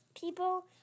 people